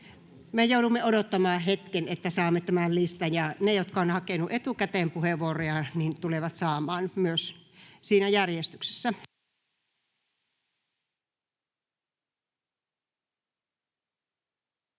Me joudumme odottamaan hetken, että saamme tämän listan, ja ne, jotka ovat hakeneet puheenvuoroja etukäteen, tulevat myös saamaan vuoron siinä järjestyksessä.